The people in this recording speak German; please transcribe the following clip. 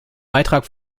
beitrag